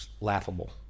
laughable